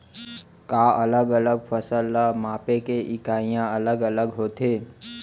का अलग अलग फसल ला मापे के इकाइयां अलग अलग होथे?